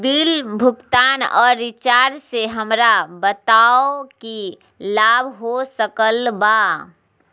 Bill भुगतान और recharge से हमरा बताओ कि क्या लाभ हो सकल बा?